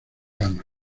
gama